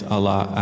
Allah